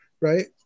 Right